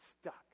stuck